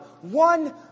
one